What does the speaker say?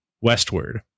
westward